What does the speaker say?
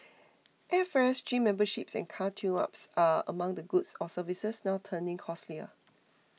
airfares gym memberships and car tuneups are among the goods or services now turning costlier